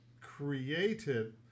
Created